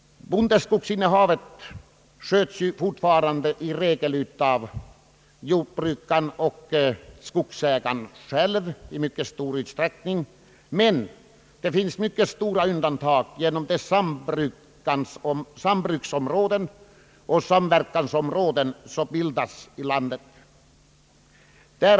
Bondeskogsbruket sköts ju fortfarande i regel av jordbrukaren och skogsägaren själv. Undantag förekommer dock i stor utsträckning sedan sambruksområden och samverkansområden har bildats i landet.